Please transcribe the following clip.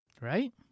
Right